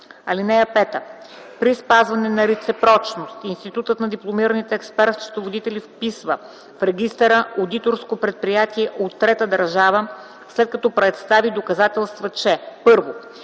чл. 18. (5) При спазване на реципричност Институтът на дипломираните експерт-счетоводители вписва в регистъра одиторско предприятие от трета държава, след като представи доказателства, че: